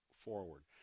forward